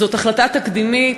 זו החלטה תקדימית,